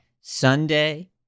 Sunday